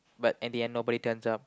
but in the end nobody turns up